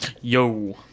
yo